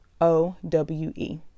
O-W-E